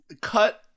cut